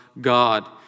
God